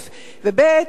וב.